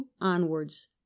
onwards